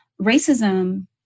racism